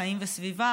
חיים וסביבה